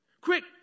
Quick